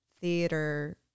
theater